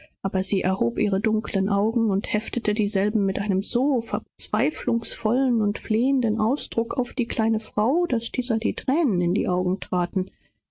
aber sie schlug ihre dunklen augen auf und heftete sie auf die fragende mit einem so trostlosen flehenden blicke daß der kleinen frau augenblicklich die thränen in die augen traten